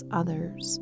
others